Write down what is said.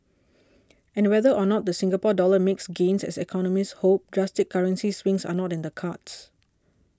and whether or not the Singapore Dollar makes gains as economists hope drastic currency swings are not in the cards